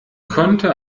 konnte